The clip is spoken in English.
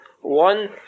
one